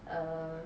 err